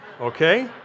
okay